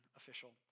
official